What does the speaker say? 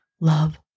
love